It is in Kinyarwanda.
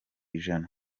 ijana